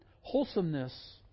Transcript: wholesomeness